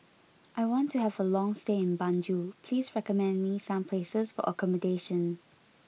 I want to have a long stay in Banjul please recommend me some places for accommodation